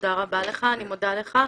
תודה רבה לך, אני מודה לך.